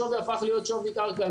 השווי הפך להיות שווי קרקע.